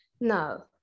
no